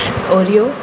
oreo